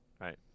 right